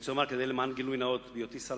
אני רוצה לומר למען הגילוי הנאות: בהיותי שר